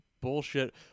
bullshit